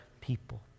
people